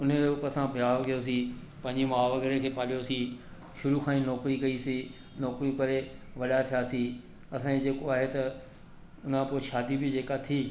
उन खे बि असां प्यारु कियो सि पंहिंजी माउ वग़ैरह खे पालियोसि शुरू खां ई नौकरी कइसि नौकरियूं करे वॾा थियासि असांजी जेको आहे त उन खां पोइ शादी बि जेका थी